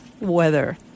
Weather